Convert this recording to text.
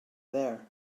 there